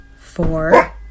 Four